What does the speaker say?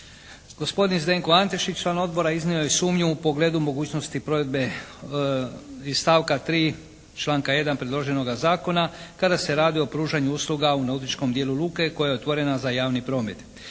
Gospodin Zdenko Antešić, član Odbora iznio je sumnju u pogledu mogućnosti provedbe iz stavka 3. članka 1. predloženoga zakona kada se radi o pružanju usluga u nautičkom dijelu luke koja je otvorena za javni promet.